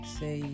say